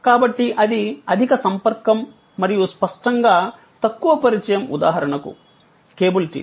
కాబట్టి అది అధిక సంపర్కం మరియు స్పష్టంగా తక్కువ పరిచయం ఉదాహరణకు కేబుల్ టివి